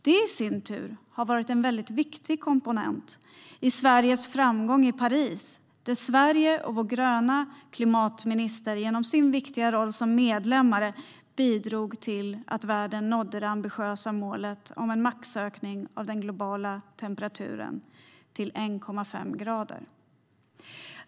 Det i sin tur var en viktig komponent i Sveriges framgång i Paris, där Sverige och vår gröna klimatminister genom sin viktiga roll som medlare bidrog till att världen nådde det ambitiösa målet om en maxökning av den globala temperaturen till 1,5 grader.